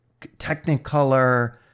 technicolor